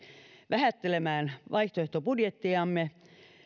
vähättelemään vaihtoehtobudjettiamme